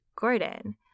Gordon